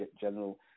general